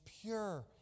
pure